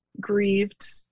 grieved